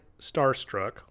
Starstruck